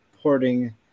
porting